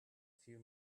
few